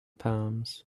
palms